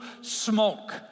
smoke